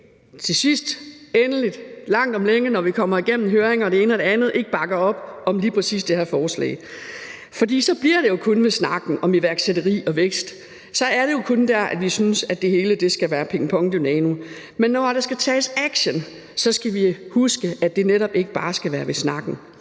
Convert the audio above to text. til sidst, endelig, langt om længe, når vi kommer gennem høringer og det ene og det andet, ikke bakker op om lige præcis det her forslag. For så bliver det jo kun ved snakken om iværksætteri og vækst. Så er det jo kun der, vi synes, det hele skal være pingpong-dynamo. Men når der skal tages action, skal vi huske, at det netop ikke bare skal være snak.